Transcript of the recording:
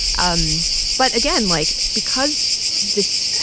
um but again, like. because this